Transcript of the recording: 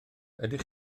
ydych